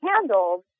handled